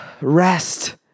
rest